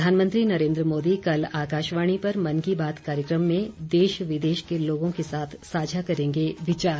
प्रधानमंत्री नरेंद्र मोदी कल आकाशवाणी पर मन की बात कार्यक्रम में देश विदेश के लोगों के साथ साझा करेंगे विचार